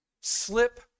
Slip